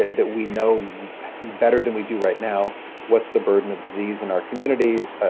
that we know better than we do right now what's the burden of disease in our communities,